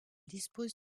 dispose